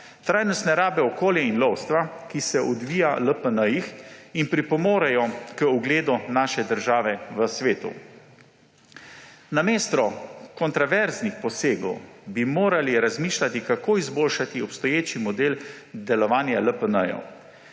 trajnostne rabe okolje in lovstva, ki se odvijajo v LPN in pripomorejo k ugledu naše države v svetu. Namesto kontroverznih posegov bi morali razmišljati, kako izboljšati obstoječi model delovanja LPN.